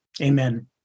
Amen